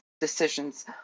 decisions